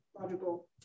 logical